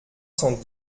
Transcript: cent